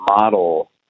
model